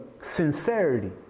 sincerity